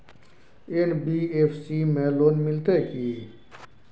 NBFC में loan मिलते की?